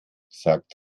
sagt